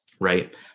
right